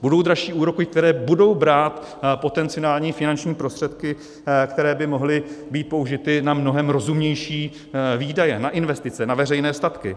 Budou dražší úroky, které budou brát potenciální finanční prostředky, které by mohly být použity na mnohem rozumnější výdaje, na investice, na veřejné statky.